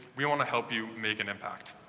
we want to help you make an impact.